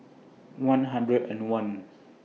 one hundred and one